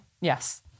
Yes